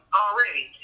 already